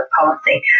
policy